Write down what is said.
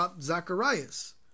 Zacharias